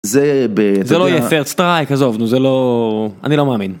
זה ב...זה לא יהיה ת'ירד סטרייק, עזוב, זה לא... אני לא מאמין.